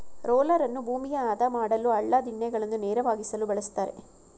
ರೋಲರನ್ನು ಭೂಮಿಯ ಆದ ಮಾಡಲು, ಹಳ್ಳ ದಿಣ್ಣೆಗಳನ್ನು ನೇರವಾಗಿಸಲು ಬಳ್ಸತ್ತರೆ